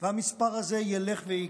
והמספר הזה ילך ויקטן.